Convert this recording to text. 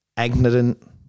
ignorant